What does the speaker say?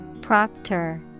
Proctor